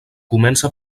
comença